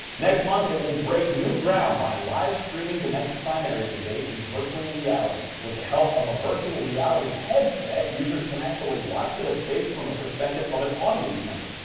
next month it will break new ground by live streaming the next primary debate in virtual reality with the help of a virtual reality headset users can actually watch the debates from the perspective of an audience member.